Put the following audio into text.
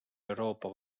euroopa